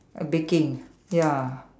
a baking ya